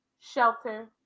shelter